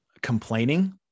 complaining